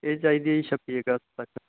ਇਹ ਚਾਹੀਦੀ ਹੈ ਛੱਬੀ ਅਗਸਤ ਤੱਕ